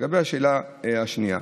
לגבי השאלה השנייה: